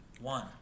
one